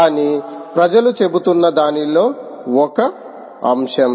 కానీ ప్రజలు చెబుతున్న దానిలో ఒక అంశం